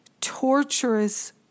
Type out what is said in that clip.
torturous